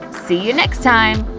see you next time!